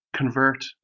Convert